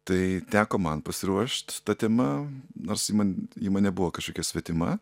tai teko man pasiruošt ta tema nors ji man ji man nebuvo kažkokia svetima